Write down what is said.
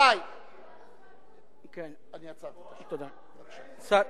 רוצה משרד אחר, כרמל?